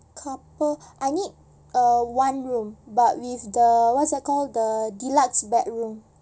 couple I need uh a one room but with the what's that called the deluxe bedroom